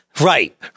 Right